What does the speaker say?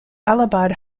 allahabad